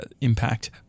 impact